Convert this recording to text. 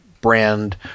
brand